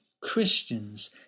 Christians